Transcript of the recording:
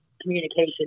communication